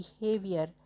behavior